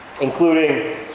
Including